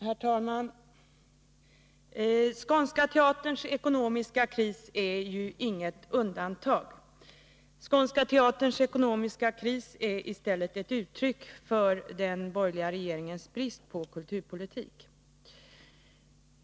Herr talman! Skånska Teaterns ekonomiska kris är inte något undantag. Den är i stället ett uttryck för den borgerliga regeringens brist på kulturpolitik.